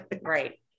right